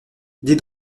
dis